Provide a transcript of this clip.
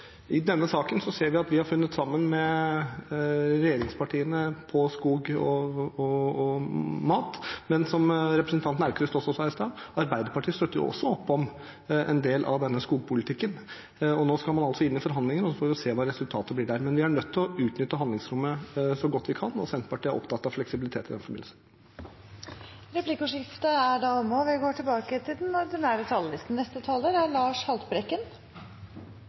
i bruk skogens muligheter. Senterpartiet er opptatt av å samarbeide med alle partier som er opptatt av å nå klimamålene. I denne saken ser vi at vi har funnet sammen med regjeringspartiene når det gjelder skog og mat. Men som representanten Aukrust sa i stad, Arbeiderpartiet støtter også opp om en del av denne skogpolitikken. Nå skal man altså inn i forhandlinger, og så får vi se hva resultatet blir der. Vi er nødt til å utnytte handlingsrommet så godt vi kan, og Senterpartiet er opptatt av fleksibilitet i den forbindelse. Replikkordskiftet er omme.